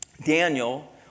Daniel